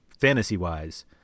fantasy-wise